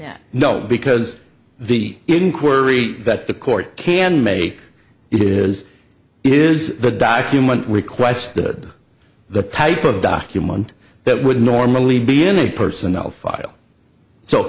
that no because the inquiry that the court can make it is is the document requested the type of document that would normally be in a personnel file so